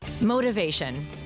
Motivation